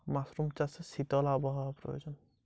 Mushroom চাষে কেমন আবহাওয়ার প্রয়োজন?